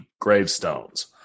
gravestones